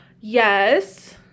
Yes